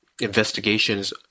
investigations